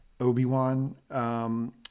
Obi-Wan